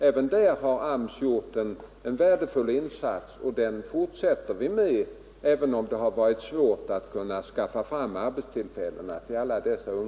Även där har AMS gjort en värdefull insats, och den fortsätter man med även om det har varit svårt just nu att skaffa fram arbetstillfällen.